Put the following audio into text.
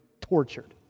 tortured